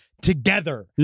together